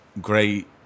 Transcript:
great